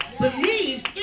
believes